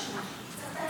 פשוט,